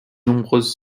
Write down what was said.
nombreuses